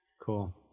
Cool